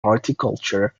horticulture